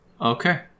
Okay